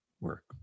work